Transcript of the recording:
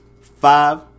five